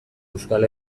euskal